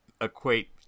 equate